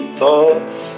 thoughts